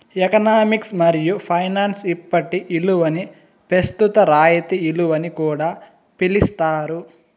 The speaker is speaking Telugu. ఎకనామిక్స్ మరియు ఫైనాన్స్ ఇప్పటి ఇలువని పెస్తుత రాయితీ ఇలువని కూడా పిలిస్తారు